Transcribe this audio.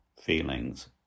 feelings